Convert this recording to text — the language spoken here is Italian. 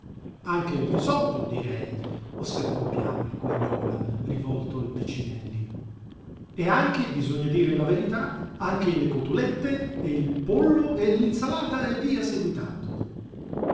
anche il risotto direi osservò piano il quagliola rivolto al picinelli e anche bisogna dire la verità anche le cotolette e il pollo e l'insalata e via seguitando